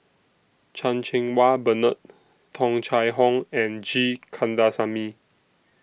Chan Cheng Wah Bernard Tung Chye Hong and G Kandasamy